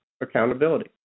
accountability